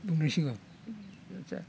बुंनांसिगौ आच्चा